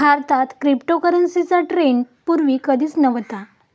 भारतात क्रिप्टोकरन्सीचा ट्रेंड पूर्वी कधीच नव्हता